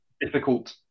Difficult